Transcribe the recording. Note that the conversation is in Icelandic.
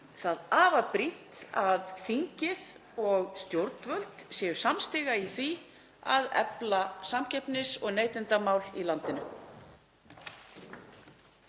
það afar brýnt að þingið og stjórnvöld séu samstiga í því að efla samkeppnis- og neytendamál í landinu.